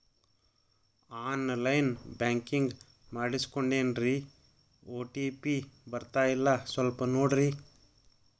on line banking ಮಾಡಿಸ್ಕೊಂಡೇನ್ರಿ OTP ಬರ್ತಾಯಿಲ್ಲ ಸ್ವಲ್ಪ ನೋಡ್ರಿ